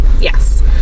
Yes